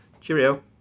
Cheerio